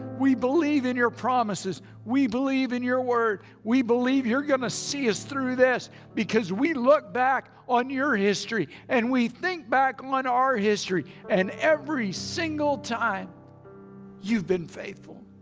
we believe in your promises. we believe in your word. we believe you're gonna see us through this because we look back on your history and we think back on our history and every single time you've been faithful.